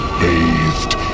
bathed